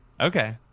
okay